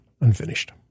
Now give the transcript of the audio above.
unfinished